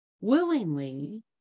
willingly